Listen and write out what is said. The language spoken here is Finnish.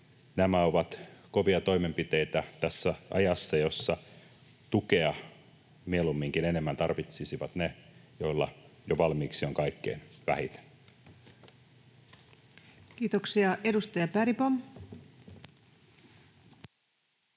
Nämä ovat kovia toimenpiteitä tässä ajassa, jossa tukea mieluumminkin enemmän tarvitsisivat ne, joilla jo valmiiksi on kaikkein vähiten. [Speech 737] Speaker: